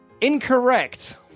incorrect